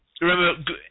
Remember